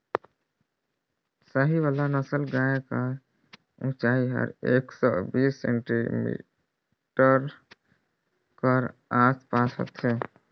साहीवाल नसल गाय कर ऊंचाई हर एक सौ बीस सेमी कर आस पास होथे